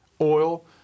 oil